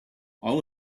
all